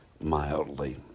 mildly